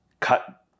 cut